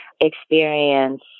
experience